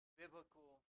biblical